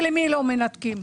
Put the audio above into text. ולמי לא מנתקים.